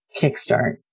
kickstart